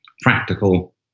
practical